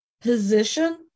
position